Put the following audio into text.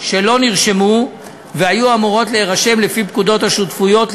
שלא נרשמו והיו אמורות להירשם לפי פקודת השותפויות.